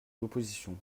l’opposition